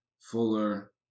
Fuller